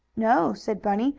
no, said bunny,